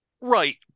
right